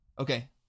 Okay